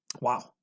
Wow